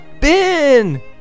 Ben